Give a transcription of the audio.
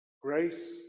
Grace